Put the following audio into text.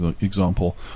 example